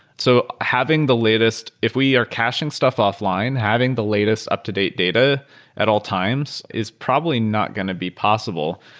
so having the latest if we are caching stuff offline, having the latest up-to-date data at all times is probably not going to be possible.